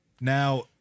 Now